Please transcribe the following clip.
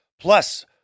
Plus